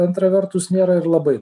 antra vertus nėra ir labai